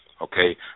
Okay